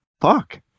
fuck